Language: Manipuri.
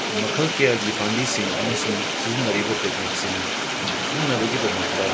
ꯃꯈꯜ ꯀꯌꯥꯒꯤ ꯄꯥꯝꯕꯤꯁꯤꯡ ꯑꯃꯁꯨꯡ ꯁꯤꯖꯟꯅꯔꯤꯕ ꯇꯦꯛꯅꯤꯛꯁꯤꯡ ꯈꯪꯅꯕꯒꯤꯗꯝꯛꯇ